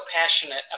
passionate